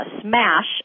Smash